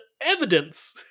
evidence